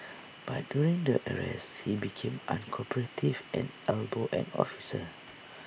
but during the arrest he became uncooperative and elbowed an officer